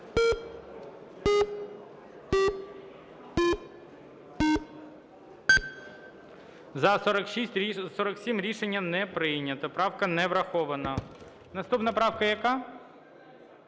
За-47 Рішення не прийнято. Правка не врахована. Наступна правка, яка?